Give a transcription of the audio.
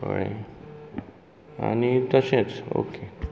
कळ्ळें आनी तशेंच ओके